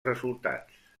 resultats